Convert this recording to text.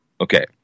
Okay